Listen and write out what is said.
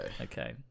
Okay